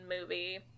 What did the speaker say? movie